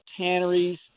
tanneries